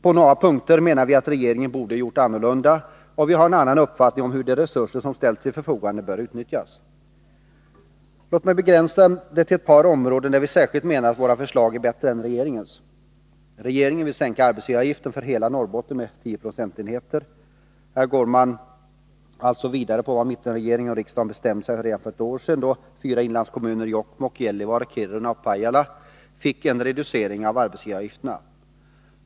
På några punkter menar vi att regeringen borde ha gjort annorlunda, och vi har en annan uppfattning om hur de resurser som ställts till förfogande bör utnyttjas. Låt mig begränsa det till ett par områden där vi särskilt menar att våra förslag är bättre än regeringens. Regeringen vill sänka arbetsgivaravgiften för hela Norrbotten med 10 procentenheter. Här går man alltså vidare på vad mittenregeringen och riksdagen bestämde sig för redan för ett år sedan, då de fyra inlandskommunerna Jokkmokk, Gällivare, Kiruna och Pajala fick en reducering av arbetsgivaravgifterna.